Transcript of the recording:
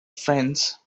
friends